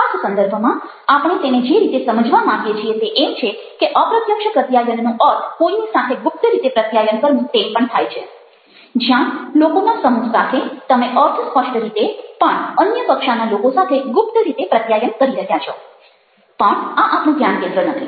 ખાસ સંદર્ભમાં આપણે તેને જે રીતે સમજવા માંગીએ છીએ તે એમ છે કે અપ્રત્યક્ષ પ્રત્યાયનનો અર્થ કોઈની સાથે ગુપ્ત રીતે પ્રત્યાયન કરવું તેમ પણ થાય છે જ્યાં લોકોના સમૂહ સાથે તમે અર્થસ્પષ્ટ રીતે પણ અન્ય કક્ષાના લોકો સાથે ગુપ્ત રીતે પ્રત્યાયન કરી રહ્યા છો પણ આ આપણું ધ્યાન કેન્દ્ર નથી